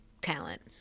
talent